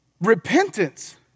Repentance